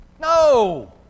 No